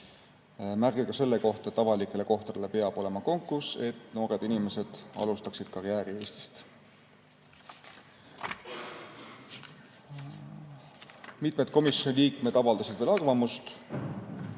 Märge ka selle kohta, et avalikele kohtadele peab olema konkurss, et noored inimesed alustaksid karjääri Eestist. Mitmed komisjoni liikmed avaldasid veel arvamust.